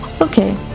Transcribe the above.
Okay